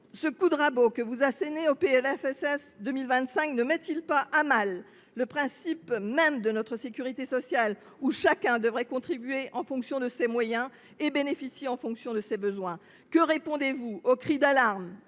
Le coup de rabot que vous assénez dans le PLFSS pour 2025 ne met il pas à mal le principe même de notre sécurité sociale, selon lequel chacun doit contribuer en fonction de ses moyens et bénéficier en fonction de ses besoins ? Et que répondez vous au cri d’alarme